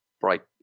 bright